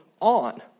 on